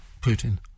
Putin